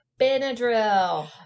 Benadryl